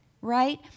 Right